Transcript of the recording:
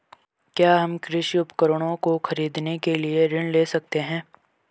क्या हम कृषि उपकरणों को खरीदने के लिए ऋण ले सकते हैं?